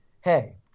Hey